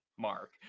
Mark